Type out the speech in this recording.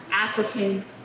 African